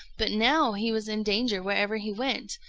but now he was in danger wherever he went,